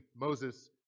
Moses